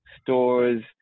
stores